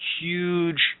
huge